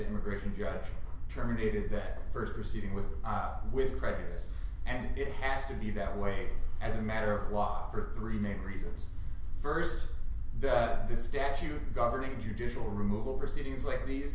immigration judge terminated that first proceeding with with prejudice and it has to be that way as a matter of law for three main reasons first this statute governing judicial removal proceedings like